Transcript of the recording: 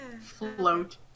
Float